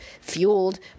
fueled